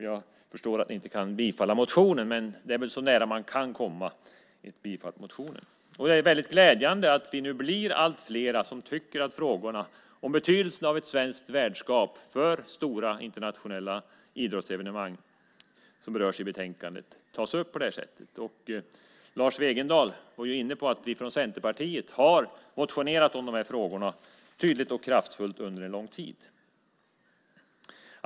Jag förstår att ni inte kan bifalla motionen, men det är väl så nära man kan komma. Det är glädjande att vi blir allt fler som tycker att frågorna om betydelsen av ett svenskt värdskap för stora internationella idrottsevenemang som berörs i betänkandet ska tas upp på detta sätt. Lars Wegendal var inne på att vi från Centerpartiet har motionerat om dessa frågor tydligt och kraftfullt under en lång tid.